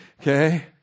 Okay